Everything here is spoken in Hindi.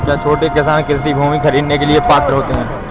क्या छोटे किसान कृषि भूमि खरीदने के लिए ऋण के पात्र हैं?